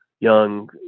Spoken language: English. young